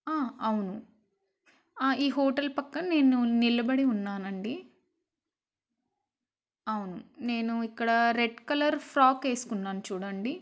అవును ఈ హోటల్ పక్క నేను నిలబడి ఉన్నానండి అవును నేను ఇక్కడ రెడ్ కలర్ ఫ్రాక్ వేసుకున్నాను చూడండి